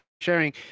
sharing